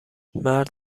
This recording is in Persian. مرد